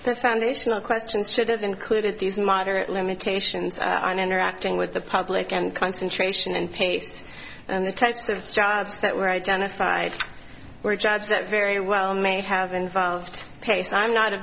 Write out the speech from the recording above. the foundational questions should have included these moderate limitations on interacting with the public and concentration and pace and the types of jobs that were identified were jobs that very well may have involved pace i'm not a